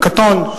הקטון,